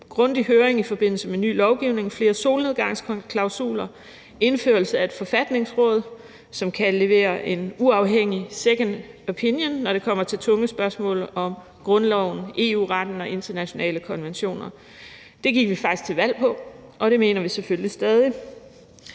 grundig høring i forbindelse med ny lovgivning, flere solnedgangsklausuler, indførelse af et forfatningsråd, som kan levere en uafhængig second opinion, når det kommer til tunge spørgsmål om grundloven, EU-retten og internationale konventioner. Det gik vi faktisk til valg på, og det mener vi selvfølgelig stadig.